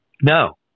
No